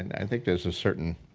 and i think there's a certain,